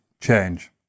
change